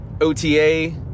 OTA